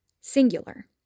singular